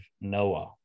Noah